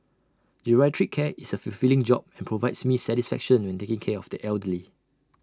geriatric care is A fulfilling job and provides me satisfaction when taking care of the elderly